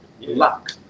luck